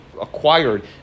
acquired